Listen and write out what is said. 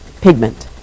pigment